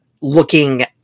looking